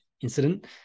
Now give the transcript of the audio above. incident